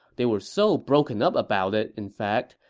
they were so broken up about it, in fact,